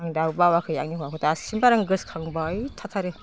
आं दाबो बावाखै आंनि हौवाखौ दासिमबो आं गोसोखांबाय थाथारो